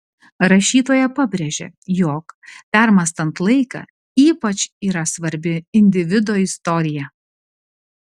rašytoja pabrėžia jog permąstant laiką ypač yra svarbi individo istorija